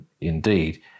indeed